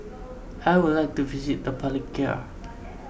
I would like to visit the Palikir